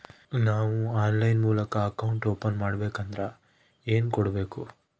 ನಾವು ಆನ್ಲೈನ್ ಮೂಲಕ account open ಮಾಡಬೇಂಕದ್ರ ಏನು ಕೊಡಬೇಕು?